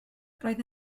roedd